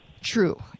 True